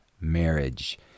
marriage